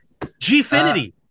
Gfinity